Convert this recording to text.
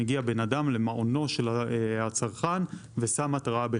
יתאם עם הצרכן מועד